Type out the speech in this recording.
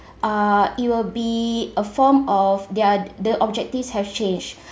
uh it will be a form of their the objectives have changed